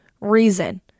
reason